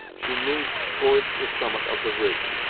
she moved towards the summit of the ridge,